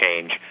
change